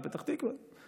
בפתח תקווה,